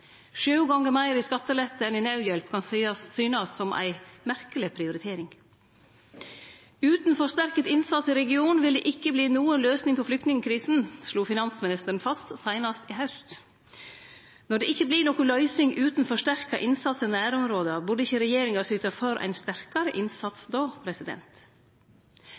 Sju gongar meir i skattelette enn i naudhjelp kan synast som ei merkeleg prioritering. «Uten forsterket innsats i regionen vil det ikke bli noen løsning på flyktningkrisen.» Dette slo finansministeren fast seinast i haust. Når det ikkje vert noka løysing utan styrkt innsats i nærområda, burde ikkje regjeringa då syte for ein sterkare innsats?